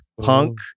Punk